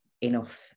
enough